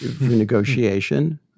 negotiation